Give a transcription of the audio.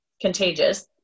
contagious